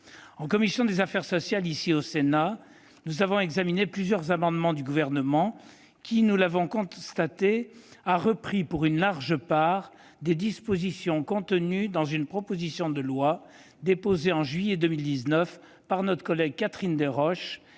En commission des affaires sociales, nous avons examiné plusieurs amendements du Gouvernement reprenant, pour une large part, les dispositions contenues dans une proposition de loi déposée en juillet 2019 par notre collègue Catherine Deroche